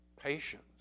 patience